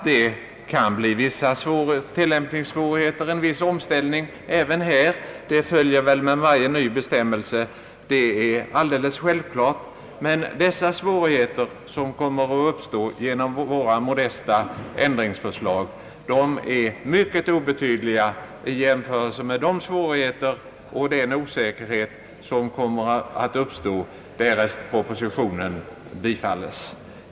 Med varje ny bestämmelse följer självfallet att det kan bli vissa tillämpningsoch omställningssvårigheter, De svårigheter som kommer att uppstå genom våra modesta ändringsförslag är emellertid mycket obetydliga i jämförelse med de svårigheter och den osäkerhet som kommer att uppstå därest propositionen bifalles.